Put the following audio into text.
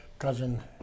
cousin